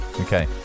Okay